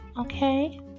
okay